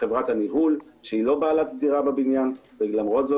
חברת הניהול שהיא לא בעלת הדירה בבניין ולמרות זאת